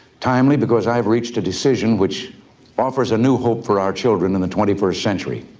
timely, because i've reached a decision which offers a new hope for our children in the twenty first century.